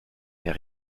mais